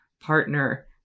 partner